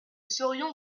saurions